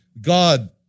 God